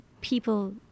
people